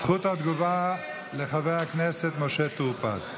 זכות התגובה לחבר הכנסת משה טור פז.